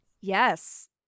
Yes